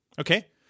Okay